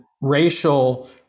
racial